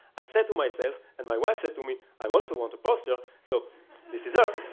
i said to myself, and my wife said to me, i also want a poster, so this is her.